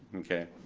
okay?